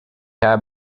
habe